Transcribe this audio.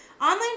Online